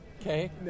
Okay